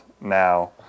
now